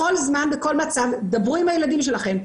בכל זמן, בכל מצב, דברו עם הילדים שלכם.